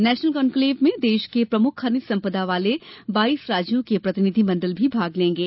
national conclave में देश के प्रमुख खनिज सम्पदा वाले बाईस राज्यों के प्रतिनिधि मण्डल भी भाग लेंगे